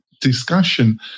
discussion